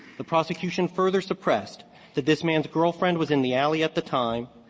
the prosecution further suppressed that this man's girlfriend was in the alley at the time,